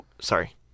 sorry